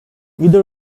either